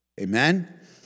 Amen